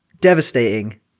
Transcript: Devastating